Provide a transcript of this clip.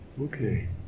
Okay